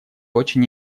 очень